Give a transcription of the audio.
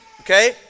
Okay